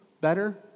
better